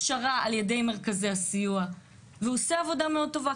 עם הכשרה על-ידי מרכזי הסיוע והוא עושה עבודה מאוד טובה.